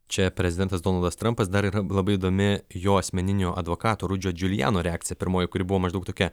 čia prezidentas donaldas trampas dar yra labai įdomi jo asmeninio advokato rudžio džiulijeno reakcija pirmoji kuri buvo maždaug tokia